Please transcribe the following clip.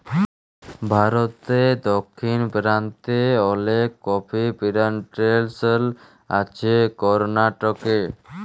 ভারতে দক্ষিণ পেরান্তে অলেক কফি পিলানটেসন আছে করনাটকে